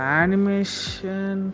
animation